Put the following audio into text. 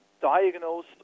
diagnose